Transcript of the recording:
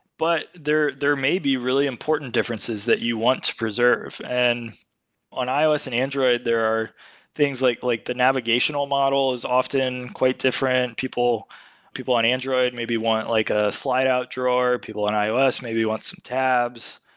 but there there may be really important differences that you want to preserve. and on ios and android there are things like like the navigational model is often quite different. people people on android maybe want like a slide out drawer. people on ios maybe wan some tabs.